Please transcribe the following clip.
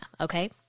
okay